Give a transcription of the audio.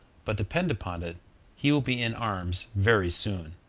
but depend upon it he will be in arms very soon.